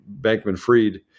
Bankman-Fried